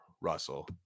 Russell